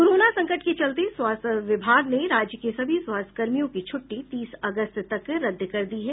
corona संकट के चलते स्वास्थ्य विभाग ने राज्य के सभी स्वास्थ्य कर्मियों की छूट्टी तीस अगस्त तक रद्द कर दी है